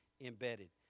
embedded